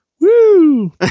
woo